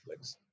Netflix